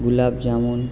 ગુલાબ જાંબુ